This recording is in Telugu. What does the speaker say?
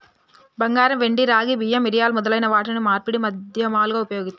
బంగారం, వెండి, రాగి, బియ్యం, మిరియాలు మొదలైన వాటిని మార్పిడి మాధ్యమాలుగా ఉపయోగిత్తారు